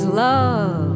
love